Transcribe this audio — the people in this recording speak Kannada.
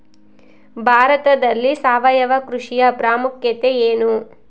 ಭಾರತದಲ್ಲಿ ಸಾವಯವ ಕೃಷಿಯ ಪ್ರಾಮುಖ್ಯತೆ ಎನು?